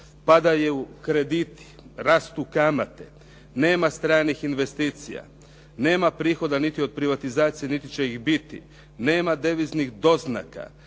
Padaju krediti, rastu kamate, nema stranih investicija, nema prihoda niti od privatizacije, niti će ih biti, nema deviznih doznaka,